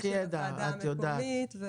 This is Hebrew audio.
של הוועדה המקומית.